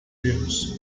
erros